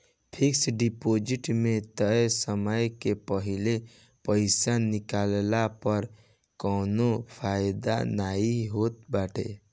fix deposit में तय समय के पहिले पईसा निकलला पअ कवनो फायदा नाइ होत बाटे